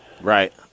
Right